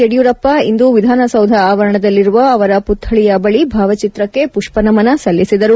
ಯಡಿಯೂರಪ್ಪ ಇಂದು ವಿಧಾನಸೌಧ ಆವರಣದಲ್ಲಿರುವ ಅವರ ಪುತ್ವಳಿಯ ಬಳಿ ಭಾವಚಿತ್ರಕ್ಕೆ ಪುಷ್ಪನಮನ ಸಲ್ಲಿಸಿದರು